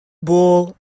bull